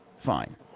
Fine